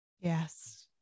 Yes